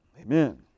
Amen